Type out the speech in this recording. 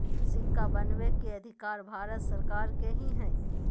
सिक्का बनबै के अधिकार भारत सरकार के ही हइ